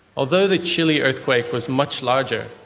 although the chile earthquake was much larger,